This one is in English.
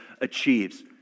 achieves